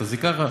תעשי ככה,